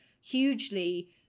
hugely